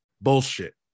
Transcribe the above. bullshit